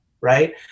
right